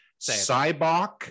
Cybok